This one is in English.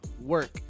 work